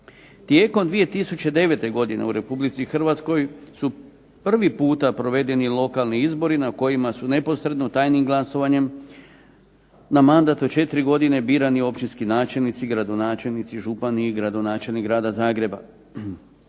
Tijekom 2009. godine u Republici Hrvatskoj su prvi puta provedeni lokalni izbori na kojima su neposredno tajnim glasovanjem na mandat od 4 godine birani općinski načelnici, gradonačelnici, župani i gradonačelnik Grada Zagreba.